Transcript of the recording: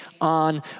on